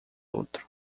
outro